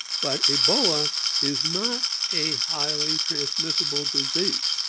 but ebola is not a highly transmissible disease.